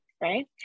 right